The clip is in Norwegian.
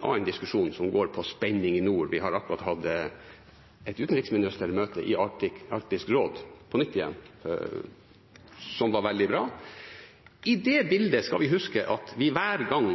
annen diskusjon som går på spenning i nord, og vi har akkurat hatt et utenriksministermøte i Arktisk råd, som var veldig bra. I det bildet skal vi huske at hver gang